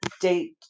date